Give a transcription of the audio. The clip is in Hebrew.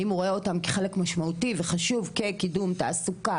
האם הוא רואה אותם כחלק משמעותי וחשוב כקידום תעסוקה,